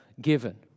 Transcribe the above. given